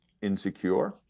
insecure